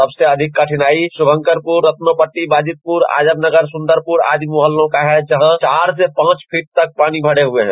सबसे अधिक कठिनाइ शुभंकरपुर रत्नोपट्टी बाजितपुर आजमनगर सुंदरपुर आदि मुहल्लों का है जहाँ चार से पाँच फीट तक पानी भरे हुए हैं